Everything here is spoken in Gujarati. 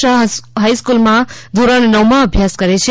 શાહ હાઈસ્કુલમાં ધોરણ નવમાં અભ્યાસ કરે છે